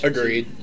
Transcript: Agreed